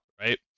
right